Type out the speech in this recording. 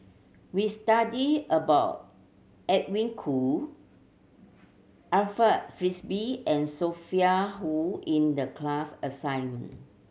we studied about Edwin Koo Alfred Frisby and Sophia Hull in the class assignment